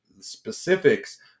specifics